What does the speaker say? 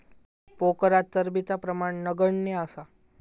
पोखरात चरबीचा प्रमाण नगण्य असा